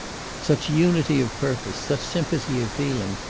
such unity of purpose, such sympathy of feeling,